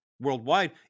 worldwide